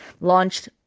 launched